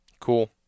Cool